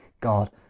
god